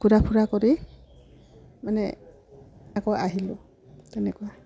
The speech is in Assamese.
ঘূৰা ফুৰা কৰি মানে আকৌ আহিলোঁ তেনেকুৱা